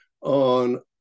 on